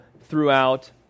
throughout